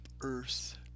earth